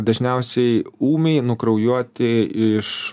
dažniausiai ūmiai nukraujuoti iš